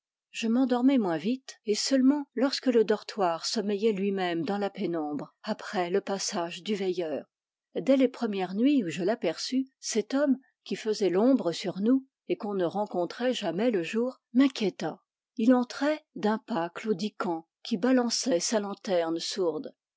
je m'endormais moins vite et seulement lorsque le dortoir sommeillait lui-même dans la pénombre après le passage du veilleur dès les premières nuits où je l'aperçus cet homme qui faisait l'ombre sur nous et qu'on ne rencontrait jamais le jour m'inquiéta il entrait d'un pas clau dicant qui balançait sa lanterne sourde